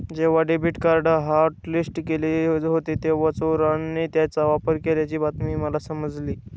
जेव्हा debit card hotlist केले होते तेव्हा चोराने त्याचा वापर केल्याची बातमी मला समजली